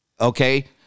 Okay